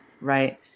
right